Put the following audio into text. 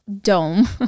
dome